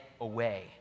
away